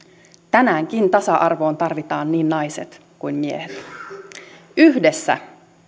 tänäänkin tasa arvoon tarvitaan niin naiset kuin miehet yhdessä